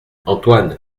antoine